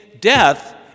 death